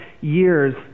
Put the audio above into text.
years